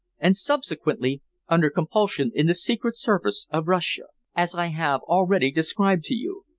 and subsequently under compulsion in the secret service of russia, as i have already described to you.